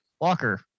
Walker